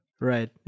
right